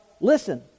listen